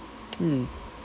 hmm